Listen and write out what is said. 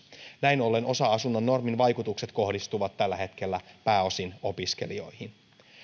näin ollen osa asunnon normin vaikutukset kohdistuvat tällä hetkellä pääosin opiskelijoihin